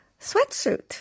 sweatsuit